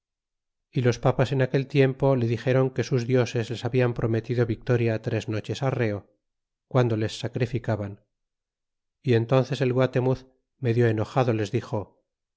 y los papas en aquel tiempo le dixéron que sus dioses les habian prometido vitoria tres noches arreo guando les sacrificaban y entónces el guaternui medio enojado les dixo